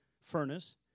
furnace